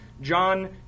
John